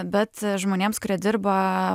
bet žmonėms kurie dirba